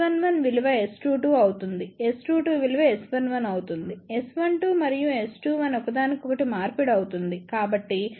S11 విలువ S22 అవుతుంది S22 విలువ S11 అవుతుంది S12 మరియు S21 ఒకదానికొకటి మార్పిడి అవుతుంది